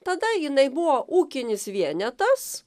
tada jinai buvo ūkinis vienetas